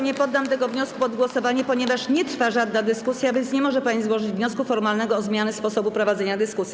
Nie poddam tego wniosku pod głosowanie, ponieważ nie trwa żadna dyskusja, a więc nie może pani złożyć wniosku formalnego o zmianę sposobu prowadzenia dyskusji.